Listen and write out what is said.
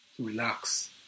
relax